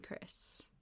Chris